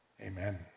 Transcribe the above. Amen